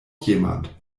jemand